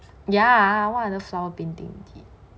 ya what other flower painting you did